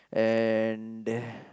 and the